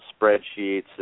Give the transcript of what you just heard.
spreadsheets